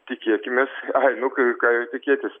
tikėkimės nu ką ką jau tikėtis